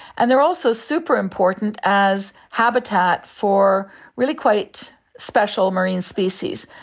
and they are also super important as habitat for really quite special marine species.